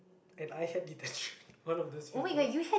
and I had detention one of those few times